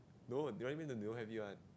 no they only mean they don't have it one